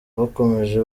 bakomeje